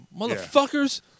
motherfuckers